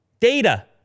Data